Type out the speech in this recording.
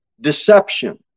deception